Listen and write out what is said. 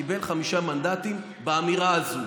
קיבל חמישה מנדטים באמירה הזאת.